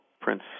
Prince